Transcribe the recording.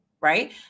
right